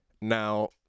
Now